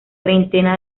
treintena